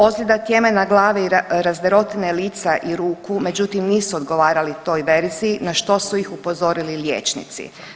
Ozljeda tjemena glave i razderotine lica i ruku međutim nisu odgovarali toj verziji na što su ih upozorili liječnici.